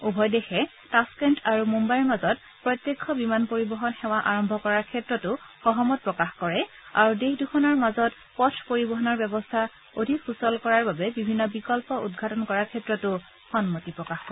উভয় দেশে টাছকেণ্ট আৰু মুন্নাইৰ মাজত প্ৰত্যক্ষ বিমান পৰিবহন সেৱা আৰম্ভ কৰাৰ ক্ষেত্ৰতো সহমত প্ৰকাশ কৰে আৰু দেশদুখনৰ মাজত পথ পৰিবহনৰ ব্যৱস্থা অধিক সূচল কৰাৰ বাবে বিভিন্ন বিকল্প উদ্ঘাটন কৰাৰ ক্ষেত্ৰতো সন্মতি প্ৰকাশ কৰে